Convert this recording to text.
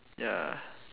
ya